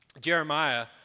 Jeremiah